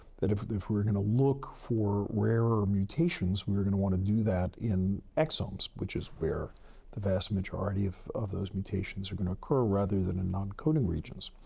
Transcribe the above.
that if if we're going to look for rarer mutations, we're going to want to do that in exomes, which is where the vast majority of those mutations are going to occur rather than in non-coding regions.